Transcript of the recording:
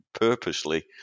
purposely